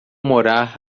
morar